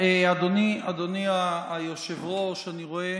אדוני היושב-ראש, אני רואה